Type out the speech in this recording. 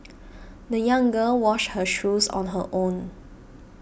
the young girl washed her shoes on her own